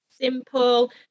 simple